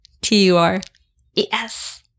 T-U-R-E-S